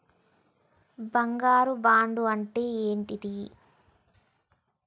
బంగారు బాండు అంటే ఏంటిది?